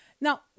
now